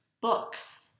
books